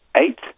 eight